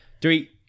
Three